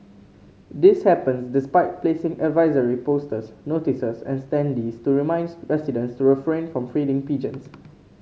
this happens despite placing advisory posters notices and standees to remind residents to refrain from feeding pigeons